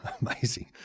amazing